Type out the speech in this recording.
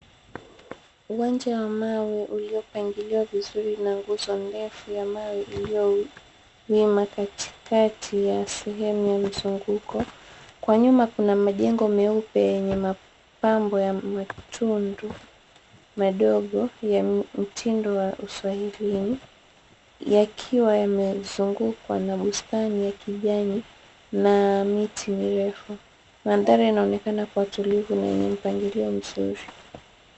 Uwanja wa mawe uliopangiliwa vizuri na nguzo ndefu ya mawe iliyowima katikati ya sehemu ya mzunguko, kwa nyuma kuna majengo meupe yenye mapambo ya matundu madogo ya mtindo wa uswahilini, yakiwa yamezungukwa na bustani ya kijani na miti mirefu, mandhari yanaonekana kuwa tulivu na yenye mpangilio mzuri.